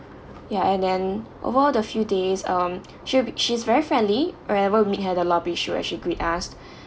yeah and then overall the few days um she'll be she's very friendly wherever we meet her at the lobby she will actually greet us